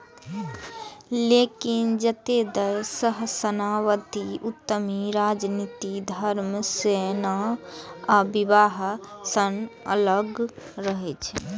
लेकिन जादेतर सहस्राब्दी उद्यमी राजनीति, धर्म, सेना आ विवाह सं अलग रहै छै